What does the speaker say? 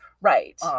right